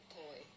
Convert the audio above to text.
toy